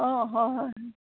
অঁ হয় হয়